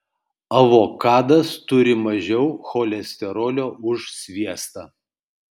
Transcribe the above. avokadas turi mažiau cholesterolio už sviestą